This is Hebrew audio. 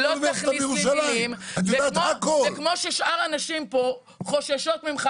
לא תכניס לי מילים וכמו ששאר הנשים פה חוששות ממך